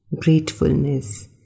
gratefulness